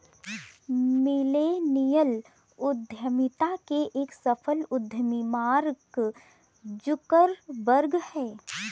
millennial उद्यमिता के एक सफल उद्यमी मार्क जुकरबर्ग हैं